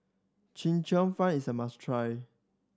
Chee Cheong Fun is a must try